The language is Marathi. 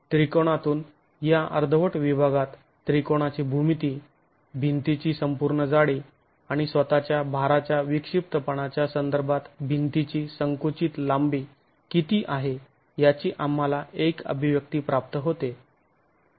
आणि त्रिकोणातुन या अर्धवट विभागात त्रिकोणाची भूमिती भिंतीची संपूर्ण जाडी आणि स्वतःच्या भाराच्या विक्षिप्तपणाच्या संदर्भात भिंतीची संकुचित लांबी किती आहे याची आम्हाला एक अभिव्यक्ती प्राप्त होते